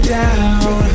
down